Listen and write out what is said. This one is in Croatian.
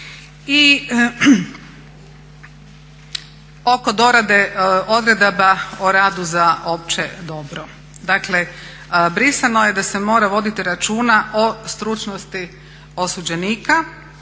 I oko dorade odredaba o radu za opće dobro. Dakle, brisano je da se mora voditi računa o stručnosti osuđenika